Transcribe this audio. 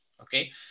okay